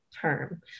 term